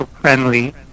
friendly